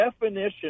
definition